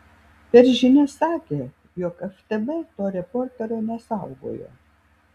per žinias sakė jog ftb to reporterio nesaugojo